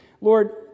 Lord